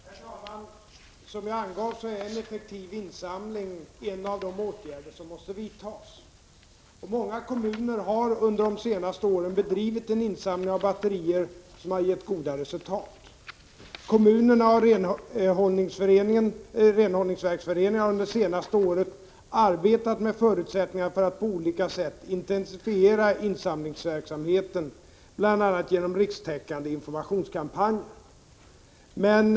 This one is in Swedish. Herr talman! Som jag angav är en effektiv insamling en av de åtgärder som måste vidtas. Många kommuner har under de senaste åren bedrivit en insamling av batterier som har gett goda resultat. Kommunerna och Renhållningsverksföreningen har under det senaste året arbetat med förutsättningarna för att på olika sätt intensifiera insamlingsverksamheten, bl.a. genom rikstäckande informationskampanjer. Prot.